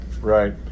right